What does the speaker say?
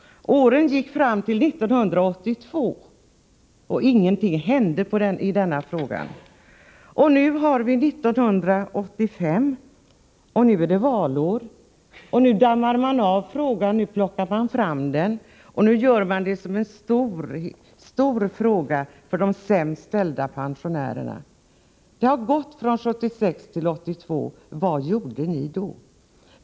Åren gick fram till 1982, och ingenting hände under den tiden. Nu har vi 1985, och nu är det valår. Nu plockar man fram och dammar av frågan och gör den till en stor fråga för de sämst ställda pensionärerna. Det har gått från 1976 till 1982. Vad gjorde ni under den tiden?